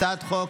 הצעת חוק